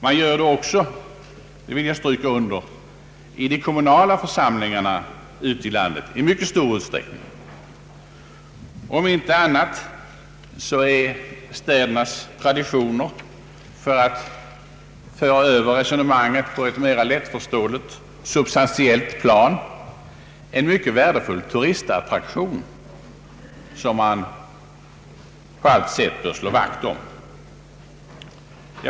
Man gör det också, det vill jag stryka under, i de kommunala församlingarna ute i landet. Om inte annat är städernas traditioner — för att föra över resonemanget på ett mera lättförståeligt, substantiellt plan — en mycket värdefull turistattraktion som man på allt sätt bör slå vakt om.